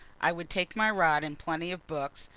i would take my rod and plenty of books,